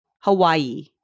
Hawaii